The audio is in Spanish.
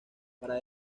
para